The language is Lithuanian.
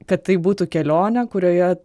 kad tai būtų kelionė kurioje